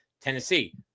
Tennessee